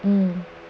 um